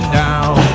down